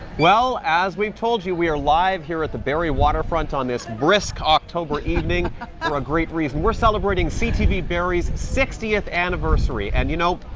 well as we've told you, we are live here at the barrie waterfront on this brisk october evening for a great reason. we're celebrating ctv barrie's sixtieth anniversary, and you know,